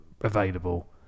available